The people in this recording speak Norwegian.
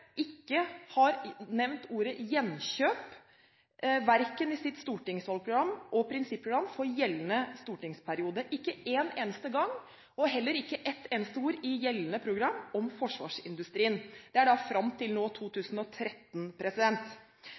ikke har nevnt ordet gjenkjøp en eneste gang i sitt stortingsvalgprogram eller i sitt prinsipprogram for gjeldende stortingsperiode, og heller ikke med ett eneste ord i gjeldende program om forsvarsindustrien. Dette gjelder da fram til nå i 2013.